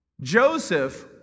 Joseph